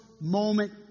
moment